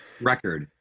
record